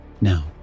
Now